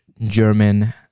German